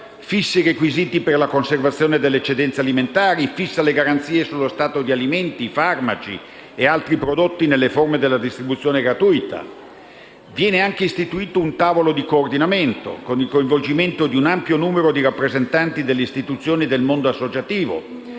fissa i requisiti per la conservazione delle eccedenze alimentari, fissa le garanzie sullo stato di alimenti, farmaci e altri prodotti nelle forme della distribuzione gratuita. Viene anche istituito un tavolo di coordinamento, con il coinvolgimento di un ampio numero di rappresentanti delle istituzioni e del mondo associativo.